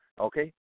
Okay